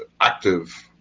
active